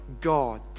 God